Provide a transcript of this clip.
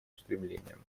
устремлениям